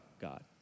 God